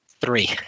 three